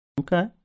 Okay